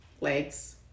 legs